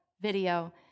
video